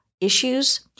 issues